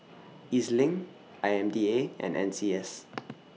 E Z LINK I M D A and N C S